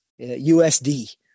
USD